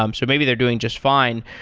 um so maybe they're doing just fine.